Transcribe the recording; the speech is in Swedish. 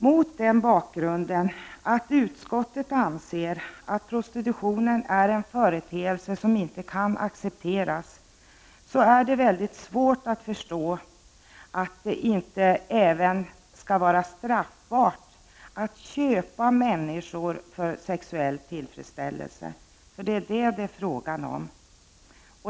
Mot bakgrund av att utskottet anser att prostitutionen är en företeelse som inte kan accepteras är det svårt att förstå att det inte även skall vara straffbart att köpa människor för sexuell tillfredsställelse — det är vad det är fråga om.